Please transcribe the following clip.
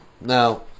Now